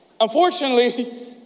unfortunately